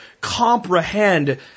comprehend